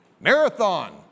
Marathon